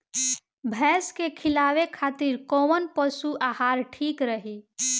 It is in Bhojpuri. भैंस के खिलावे खातिर कोवन पशु आहार ठीक रही?